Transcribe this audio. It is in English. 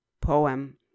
poem